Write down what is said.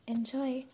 Enjoy